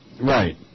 Right